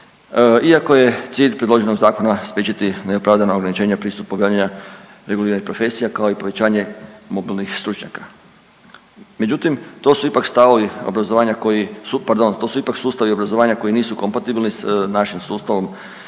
iako je cilj predloženog zakona spriječiti neopravdana ograničenja pristupa .../Govornik se ne razumije./... reguliranih profesija, kao i povećanje mobilnih stručnjaka. Međutim, to su ipak stavovi obrazovanja koji su, pardon, to su ipak sustavi